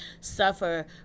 suffer